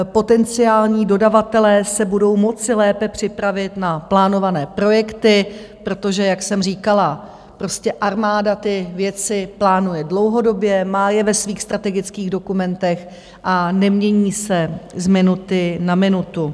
Potenciální dodavatelé se budou moci lépe připravit na plánované projekty, protože jak jsem říkala, armáda ty věci plánuje dlouhodobě, má je ve svých strategických dokumentech a nemění se z minuty na minutu.